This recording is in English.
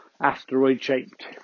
asteroid-shaped